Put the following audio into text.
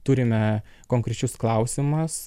turime konkrečius klausimus